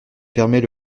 permet